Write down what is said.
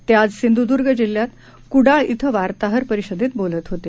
ते आज सिंधुद्र्ग जिल्ह्यात कुडाळ इथं वार्ताहर परिषदेत बोलत होते